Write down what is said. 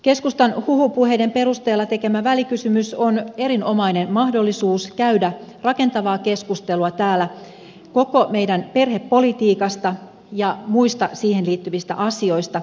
keskustan huhupuheiden perusteella tekemä välikysymys on erinomainen mahdollisuus käydä rakentavaa keskustelua täällä koko meidän perhepolitiikastamme ja muista siihen liittyvistä asioista